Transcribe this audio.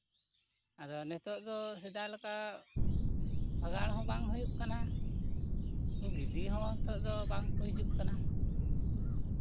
ᱟᱫᱚ ᱱᱤᱛᱳᱜ ᱫᱚ ᱥᱮᱫᱟᱭ ᱞᱮᱠᱟ ᱵᱷᱟᱜᱟᱲ ᱦᱚᱸ ᱵᱟᱝ ᱦᱩᱭᱩᱜ ᱠᱟᱱᱟ ᱩᱱᱠᱩ ᱜᱤᱫᱤ ᱦᱚᱸ ᱱᱤᱛᱳᱜ ᱫᱚ ᱵᱟᱝᱠᱚ ᱦᱤᱡᱩᱜ ᱠᱟᱱᱟ